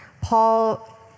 paul